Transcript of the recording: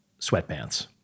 sweatpants